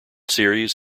series